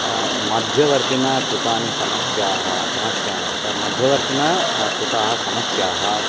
मध्यवर्तिना कृतानि समस्याः समस्य मध्यवर्तिना कृताः समस्याः